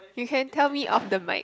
you can tell me off the mic